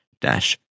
dash